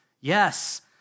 Yes